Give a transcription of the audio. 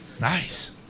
Nice